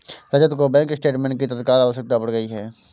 रजत को bank statement की तत्काल आवश्यकता पड़ गई है